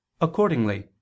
Accordingly